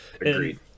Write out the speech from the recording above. Agreed